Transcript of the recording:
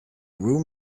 room